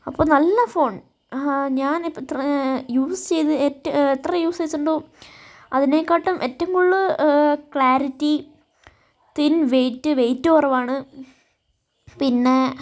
അപ്പോൾ നല്ല ഫോൺ ഞാനിപ്പോൾ ഇത്ര യൂസ് ചെയ്ത് ഏറ്റവും എത്ര യൂസേജ്സ് ഉണ്ടോ അതിനേക്കാട്ടും ഏറ്റവും കൂടുതൽ ക്ലാരിറ്റി തിൻ വെയിറ്റ് വെയിറ്റ് കുറവാണ് പിന്നെ